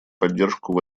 поддержку